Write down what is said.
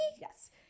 Yes